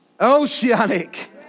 oceanic